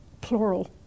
plural